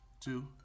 two